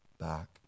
back